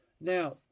Now